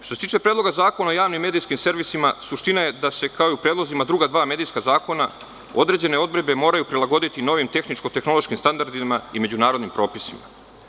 Što se tiče Predloga zakona o javnim medijskim servisima, suština je da se kao i u predlozima druga dva medijska zakona određene odredbe moraju prilagoditi novim tehničko-tehnološkim standardima i međunarodnim propisima.